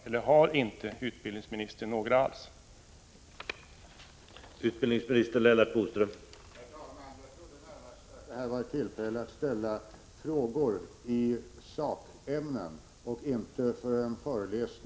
Eller har inte utbildningsministern några sådana motiv alls?